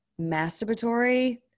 masturbatory